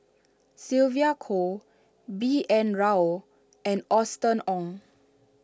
Sylvia Kho B N Rao and Austen Ong